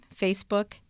Facebook